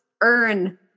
earn